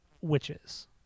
witches